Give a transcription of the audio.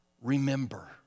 remember